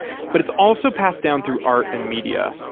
but it's also passed down through art and media,